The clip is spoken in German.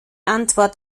antwort